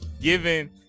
giving